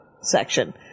section